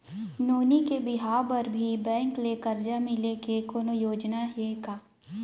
नोनी के बिहाव बर भी बैंक ले करजा मिले के कोनो योजना हे का?